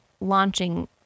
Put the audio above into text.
launching